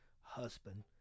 husband